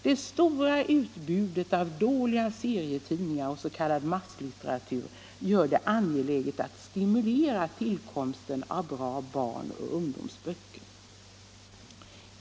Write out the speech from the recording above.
Det stora utbudet av dåliga serietidningar och s.k. masslitteratur gör det angeläget att stimulera tillkomsten av bra barnoch ungdomsböcker.